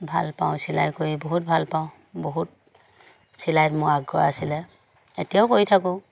ভাল পাওঁ চিলাই কৰি বহুত ভাল পাওঁ বহুত চিলাইত মোৰ আগ্ৰহ আছিলে এতিয়াও কৰি থাকোঁ